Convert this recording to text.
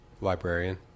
Librarian